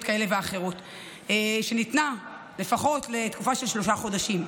כאלה ואחרות שניתנה לפחות לתקופה של שלושה חודשים.